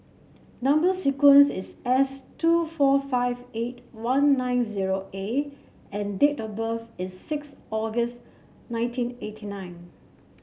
number sequence is S two four five eight one nine zero A and date of birth is six August nineteen eighty nine